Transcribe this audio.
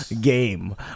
Game